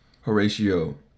Horatio